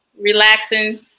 relaxing